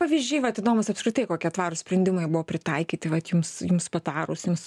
pavyzdžiai vat įdomūs apskritai kokie tvarūs sprendimai buvo pritaikyti vat jums jums patarus jums